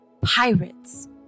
Pirates